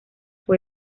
fue